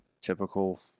typical